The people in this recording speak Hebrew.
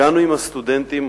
הסטודנטים.